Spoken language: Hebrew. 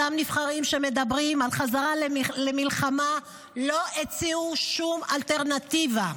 אותם נבחרים שמדברים על חזרה למלחמה לא הציעו שום אלטרנטיבה.